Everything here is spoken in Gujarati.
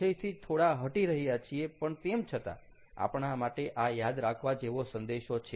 વિષયથી થોડા હટી રહ્યા છીએ પણ તેમ છતાં આપણા માટે આ યાદ રાખવા જેવો સંદેશો છે